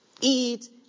eat